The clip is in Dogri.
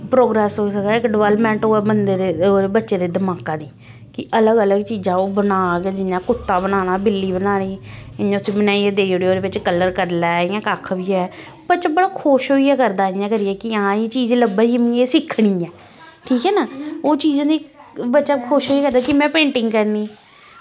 प्रोग्रेस होई सकै इक डेवलपमेंट होऐ बच्चे दे दमाका दी कि अलग अलग चीज़ां ओह् बनाग जि'यां कुत्ता बनाना बिल्ली बनानी इ'यां उसी बनाइयै देई ओड़े ओह् उस बिच कलर करी लै इ'यां कक्ख बी ऐ बच्चा बड़ा खुश होइयै करदा ऐ इ'यां करियै कि एह् चीज़ लब्भा दी ऐ मिगी सिक्खनी ऐ ठीक ऐ ना ओह् चीज़ें दी बच्चा खुश होइयै करदा कि में पेंटिंग करनी